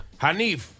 Hanif